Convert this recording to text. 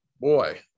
Boy